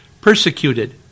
persecuted